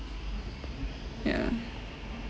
yeah